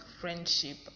friendship